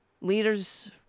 Leaders